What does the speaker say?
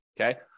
okay